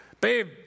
Babe